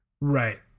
Right